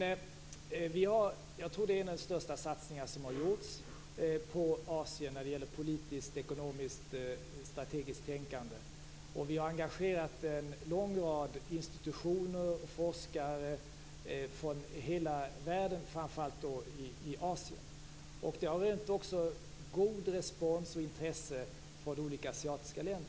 Jag tror att det är en av de största satsningar som har gjorts på Asien när det gäller politiskt, ekonomiskt och strategiskt tänkande. Vi har engagerat en lång rad institutioner och forskare från hela världen, framför allt från Asien. Det har rönt god respons och stort intresse från olika asiatiska länder.